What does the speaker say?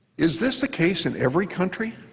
is this the case in every country?